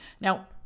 Now